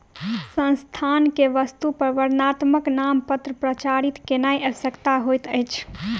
संस्थान के वस्तु पर वर्णात्मक नामपत्र प्रचारित केनाई आवश्यक होइत अछि